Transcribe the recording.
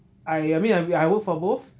I mean I I work for both